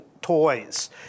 Toys